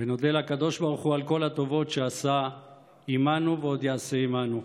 ונודה לקדוש ברוך הוא על כל הטובות שעשה עימנו ועוד יעשה עימנו.